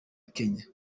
kenya